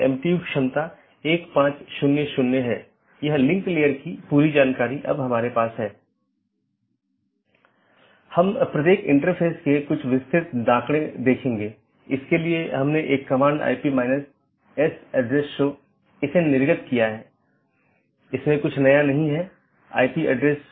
गम्यता reachability की जानकारी update message द्वारा आदान प्रदान की जाती है